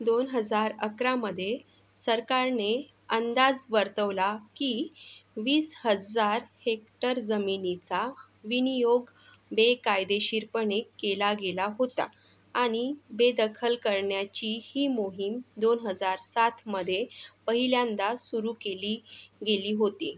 दोन हजार अकरामध्ये सरकारने अंदाज वर्तवला की वीस हजार हेक्टर जमिनीचा विनियोग बेकायदेशीरपणे केला गेला होता आणि बेदखल करण्याची ही मोहीम दोन हजार सातमध्ये पहिल्यांदा सुरू केली गेली होती